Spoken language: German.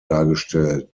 dargestellt